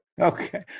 Okay